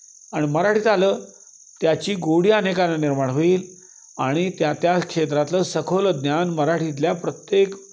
आणि मराठीत आलं त्याची गोडी अनेकांना निर्माण होईल आणि त्या त्या क्षेत्रातलं सखोल ज्ञान मराठीतल्या प्रत्येक